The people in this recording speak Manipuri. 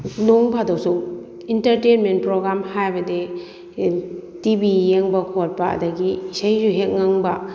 ꯅꯣꯡ ꯐꯥꯗꯣꯛꯁꯨ ꯏꯟꯇ꯭ꯔꯇꯦꯟꯃꯦꯟ ꯄ꯭ꯔꯣꯒꯥꯝ ꯍꯥꯏꯕꯗꯤ ꯇꯤ ꯕ ꯌꯦꯡꯕ ꯈꯣꯠꯄ ꯑꯗꯒꯤ ꯏꯁꯩꯁꯨ ꯍꯦꯛ ꯉꯪꯕ